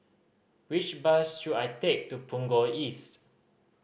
which bus should I take to Punggol East